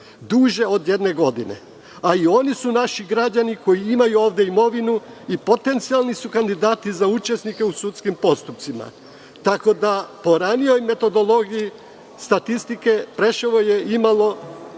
duže od jedne godine, a i oni su naši građani koji imaju ovde imovinu i potencijalni su kandidati za učesnike u sudskim postupcima. Po ranijoj metodologiji statistike Preševo je imalo